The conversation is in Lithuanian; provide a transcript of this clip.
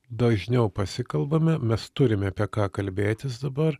dažniau pasikalbame mes turime apie ką kalbėtis dabar